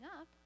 up